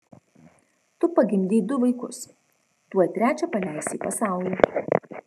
tu pagimdei du vaikus tuoj trečią paleisi į pasaulį